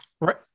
right